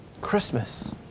Christmas